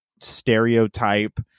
stereotype